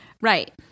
Right